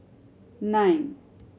nine